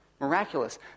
Miraculous